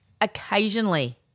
occasionally